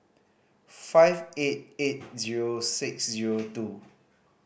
five eight eight zero six zero two